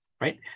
Right